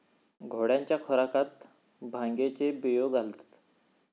घोड्यांच्या खुराकात भांगेचे बियो घालतत